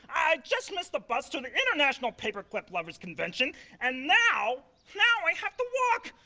i just missed the bus to the international paperclip lovers convention and now, now i have to walk.